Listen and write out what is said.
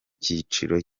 cyiciro